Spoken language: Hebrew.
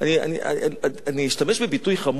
אני אשתמש בביטוי חמור,